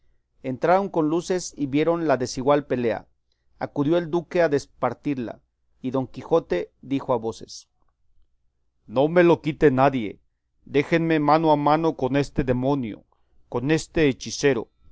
entraron con luces y vieron la desigual pelea acudió el duque a despartirla y don quijote dijo a voces no me le quite nadie déjenme mano a mano con este demonio con este hechicero